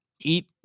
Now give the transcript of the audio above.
eat